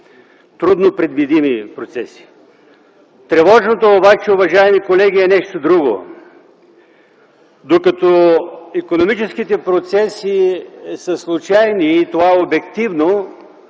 трудно предвидими процеси. Тревожното обаче, уважаеми колеги, е нещо друго. Докато икономическите процеси са случайни и това е обективно,